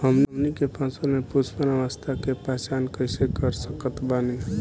हमनी के फसल में पुष्पन अवस्था के पहचान कइसे कर सकत बानी?